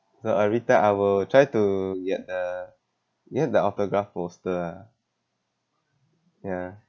so every time I will try to get the get the autographed poster ah ya